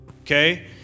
Okay